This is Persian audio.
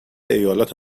ایالات